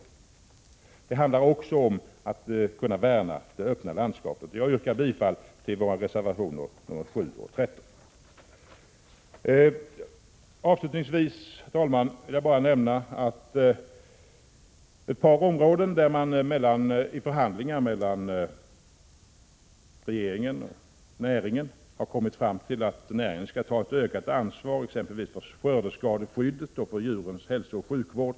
Det handlar också om att värna det öppna landskapet. Jag yrkar bifall till våra reservationer 7 och 13. Avslutningsvis, herr talman, vill jag bara nämna ett par områden där man i förhandlingar mellan regeringen och näringen har kommit fram till att näringen skall ta ett ökat ansvar, exempelvis för skördeskadeskyddet och för djurens hälsooch sjukvård.